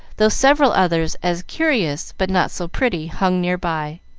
though several others as curious but not so pretty hung near by.